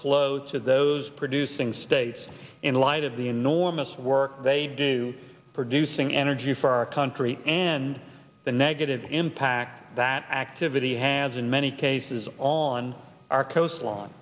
flowed to those producing states in light of the enormous work they do producing energy for our country and the negative impact that activity has in many cases on our coastline